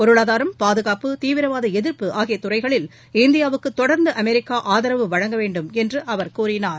பொருளாதாரம் பாதுகாப்டு தீவிரவாத எதிா்ப்பு ஆகிய துறைகளில் இந்தியாவுக்கு தொடா்ந்து அமெரிக்கா ஆதரவு வழங்க வேண்டும் என்று அவர் கூறினார்